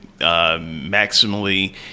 maximally